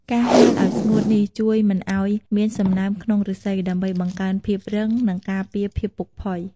ការហាលអោយស្ងួតនេះជួយមិនអោយមានសំណើមក្នុងឫស្សី ដើម្បីបង្កើនភាពរឹង និងការពារភាពពុកផុយ។